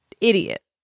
idiot